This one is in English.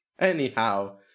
Anyhow